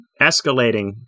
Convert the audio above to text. escalating